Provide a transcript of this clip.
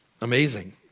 Amazing